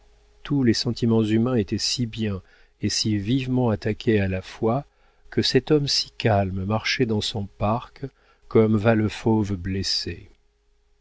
tous les sentiments humains étaient si bien et si vivement attaqués à la fois que cet homme si calme marchait dans son parc comme va le fauve blessé